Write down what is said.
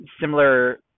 similar